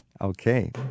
Okay